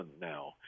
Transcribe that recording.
now